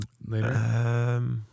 later